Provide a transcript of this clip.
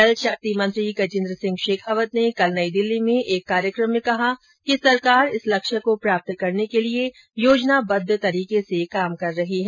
जल शक्ति मंत्री गजेन्द्र सिंह शेखावत ने कल नई दिल्ली में एक कार्यक्रम में कहा कि सरकार इस लक्ष्य को प्राप्त करने के लिए योजनाबद्व तरीके से काम कर रही है